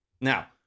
Now